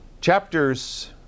Chapters